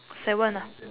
seven ah